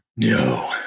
No